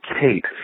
Kate